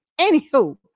anywho